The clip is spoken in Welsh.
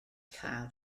cael